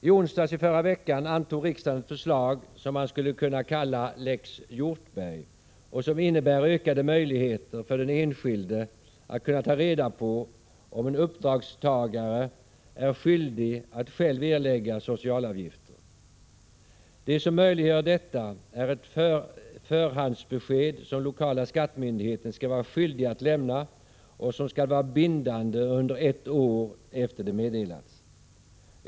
I onsdags i förra veckan antog riksdagen ett förslag som man skulle kunna kalla Lex Hjortberg och som innebär ökade möjligheter för den enskilde att ta reda på om uppdragstagare är skyldig att själv erlägga socialavgifter. Det som möjliggör detta är ett förhandsbesked som lokala skattemyndigheten skall vara skyldig att lämna och som skall vara bindande under ett år efter det att det meddelats.